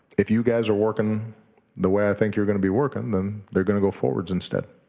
if you guys are working the way i think you're gonna be working, then they're gonna go forward instead.